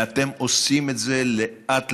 ואתם עושים את זה לאט-לאט,